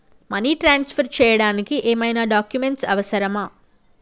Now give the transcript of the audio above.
Money transfer చేయడానికి ఏమైనా documents అవసరమా?